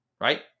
Right